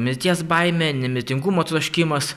mirties baime nemirtingumo troškimas